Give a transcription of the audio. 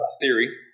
theory